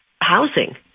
housing